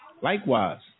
Likewise